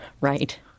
Right